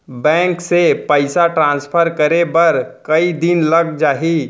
Bank से पइसा transfer करे बर कई दिन लग जाही?